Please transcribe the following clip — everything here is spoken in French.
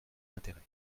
d’intérêt